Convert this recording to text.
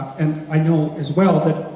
and i know as well that